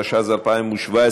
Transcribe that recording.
התשע"ז 2017,